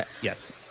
yes